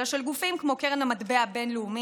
אלא של גופים כמו קרן המטבע הבין-לאומית,